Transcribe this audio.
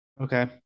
Okay